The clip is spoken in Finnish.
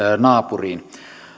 naapuriin